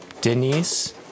Denise